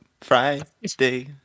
Friday